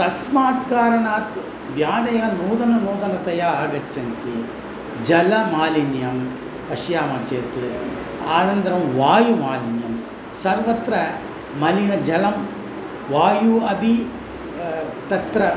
तस्मात् कारणात् व्याधयः नूतन नूतनतया आगच्छन्ति जलमालिन्यं पश्यामः चेत् आनन्तरं वायुमालिन्यं सर्वत्र मलिनजलं वायुः अपि तत्र